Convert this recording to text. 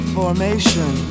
formation